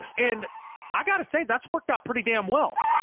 and i got to say, that's worked out pretty damn well.